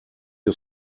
you